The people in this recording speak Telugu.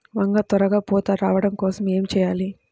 వంగ త్వరగా పూత రావడం కోసం ఏమి చెయ్యాలి?